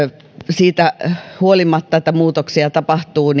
siitä huolimatta että muutoksia tapahtuu